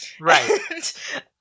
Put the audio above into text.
right